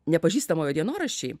nepažįstamojo dienoraščiai